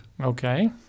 Okay